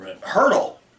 Hurdle